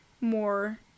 more